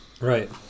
Right